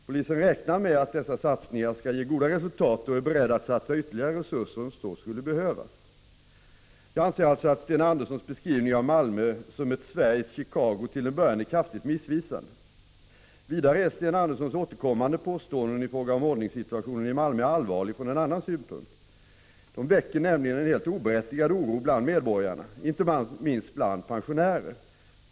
Polisen räknar med att dessa satsningar skall ge goda resultat och är beredd att satsa ytterligare resurser om så skulle behövas. Jag anser alltså att Sten Anderssons beskrivning av Malmö som ett Sveriges Chicago till en början är kraftigt missvisande. Vidare är Sten Anderssons återkommande påståenden i fråga om ordningssituationen i Malmö allvarliga från en annan synpunkt. De väcker nämligen en helt oberättigad oro bland medborgarna, inte minst bland pensionärer.